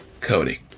Cody